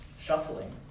shuffling